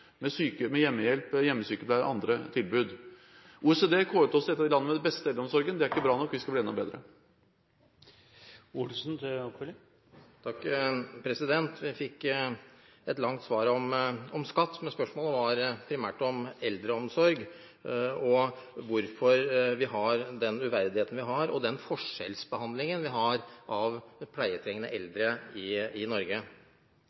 med hjemmehjelp, hjemmesykepleie og andre tilbud. OECD har kåret oss til et av landene med best eldreomsorg. Det er ikke bra nok, vi skal bli enda bedre. Vi fikk et langt svar om skatt, men spørsmålet var primært om eldreomsorg og om hvorfor vi har den uverdigheten vi har, og den forskjellsbehandlingen vi har av pleietrengende eldre i Norge,